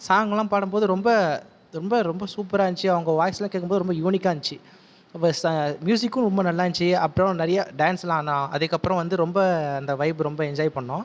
சாங்லாம் பாடும் போது ரொம்ப ரொம்ப ரொம்ப சூப்பரா இருந்துச்சு அவங்க வாய்ஸ்லா கேட்கும்போது ரொம்ப யூனிகா இருந்துச்சு அப்போ ச மியூசிக்கும் ரொம்ப நல்லா இருந்துச்சு அப்புறம் நிறைய டான்ஸ்லா ஆடினோ அதுக்கப்புறம் வந்து ரொம்ப அந்த வைப்பு ரொம்ப என்ஜாய் பண்ணோம்